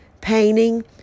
painting